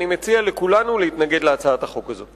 אני מציע לכולנו להתנגד להצעת החוק הזאת.